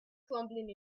crumbling